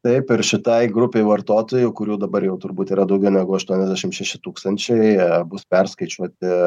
taip ir šitai grupei vartotojų kurių dabar jau turbūt yra daugiau negu aštuoniasdešimt šeši tūkstančiai bus perskaičiuoti